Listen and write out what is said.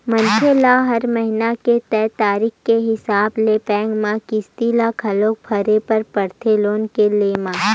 मनखे ल हर महिना के तय तारीख के हिसाब ले बेंक म किस्ती ल घलो भरे बर परथे लोन के लेय म